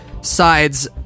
sides